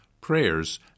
prayers